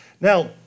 Now